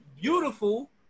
Beautiful